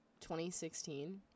2016